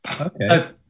okay